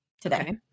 today